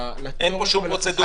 לעניין הקניונים, שוק קמעונאי ומוזאון.